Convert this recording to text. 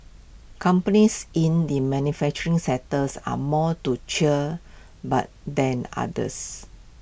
companies in the manufacturing sectors are more to cheer about than others